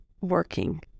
working